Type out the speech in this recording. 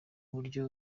uburyo